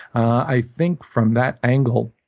i think from that angle,